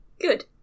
Good